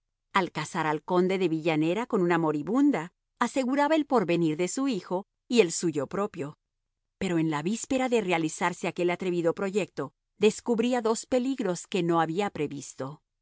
casar al señor de villanera con una moribunda aseguraba el porvenir de su hijo y el suyo propio pero en la víspera de realizarse aquel atrevido proyecto descubría dos peligros que no había previsto